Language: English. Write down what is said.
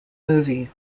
movie